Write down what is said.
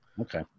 Okay